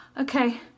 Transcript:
Okay